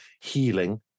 healing